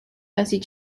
percy